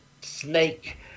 snake